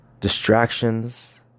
distractions